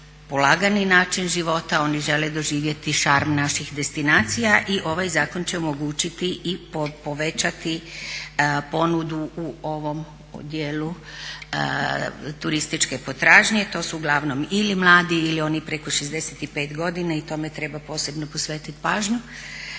polagani način života, oni žele doživjeti šarm naših destinacija i ovaj zakon će omogućiti i povećati ponudu u ovom djelu turističke potražnje. To su uglavnom ili mladi ili oni preko 65 godina i tome treba posebno posvetiti pažnju.